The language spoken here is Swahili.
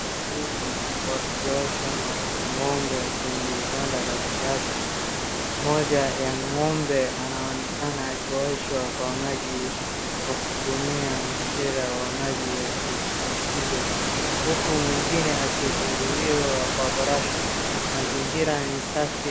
Watu wawili wakiosha ng'ombe kwenye banda ya kisasa, moja ya ng'ombe anaonekana akioshwa kwa maji kwa kutumia mpira ya maji ya shinikizo huku mwingine akisuguliwa kwa brush , mazingira ni safi.